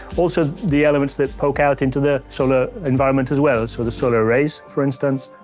also, the elements that poke out into the solar environment as well. so the solar arrays, for instance.